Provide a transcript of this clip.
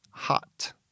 Hot